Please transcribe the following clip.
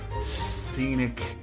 scenic